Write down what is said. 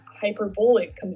hyperbolic